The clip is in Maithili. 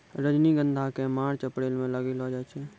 रजनीगंधा क मार्च अप्रैल म लगैलो जाय छै